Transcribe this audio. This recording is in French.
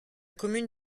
commune